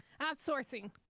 outsourcing